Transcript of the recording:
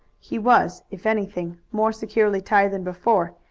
he was, if anything, more securely tied than before,